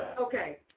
Okay